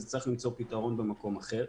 זה יצטרך למצוא פתרון במקום אחר.